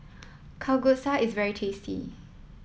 Kalguksu is very tasty